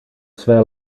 své